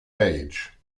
age